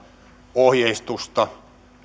ohjeistusta